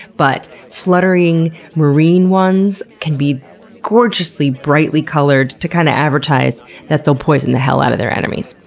but fluttering marine ones can be gorgeously, brightly colored to kind of advertise that they'll poison the hell out of their enemies.